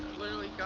literally